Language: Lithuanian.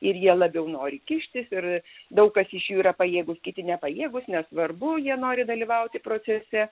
ir jie labiau nori kištis ir daug kas iš jų yra pajėgūs kiti nepajėgūs nesvarbu jie nori dalyvauti procese